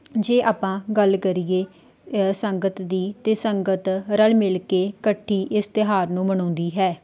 ਜੇ ਆਪਾਂ ਗੱਲ ਕਰੀਏ ਏ ਸੰਗਤ ਦੀ ਤਾਂ ਸੰਗਤ ਰਲ਼ ਮਿਲ ਕੇ ਇਕੱਠੀ ਇਸ ਤਿਉਹਾਰ ਨੂੰ ਮਨਾਉਂਦੀ ਹੈ